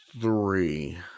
three